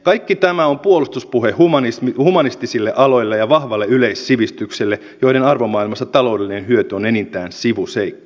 kaikki tämä on puolustuspuhe humanistisille aloille ja vahvalle yleissivistykselle joiden arvomaailmassa taloudellinen hyöty on enintään sivuseikka